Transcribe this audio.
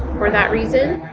for that reason?